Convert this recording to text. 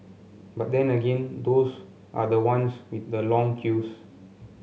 but then again those are the ones with the long queues